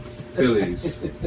Phillies